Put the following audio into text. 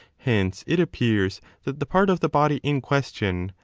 hence it appears that the part of the body in question,